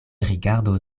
rigardo